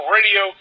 Radio